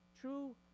True